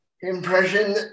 impression